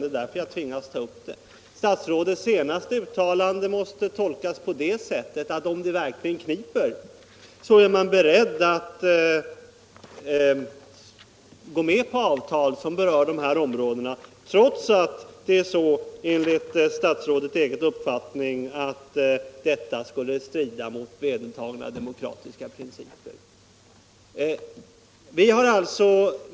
Det är därför jag tvingas ta upp frågan igen. Statsrådets senaste uttalande måste tolkas på det sättet att om det verkligen kniper är man beredd att gå med på avtal som berör de här områdena -— trots att detta, enligt statsrådets egen uppfattning, skulle strida mot vedertagna demokratiska principer.